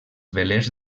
velers